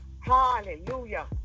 Hallelujah